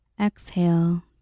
exhale